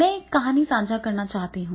मैं एक कहानी साझा करना चाहूंगा